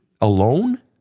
alone